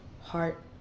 heart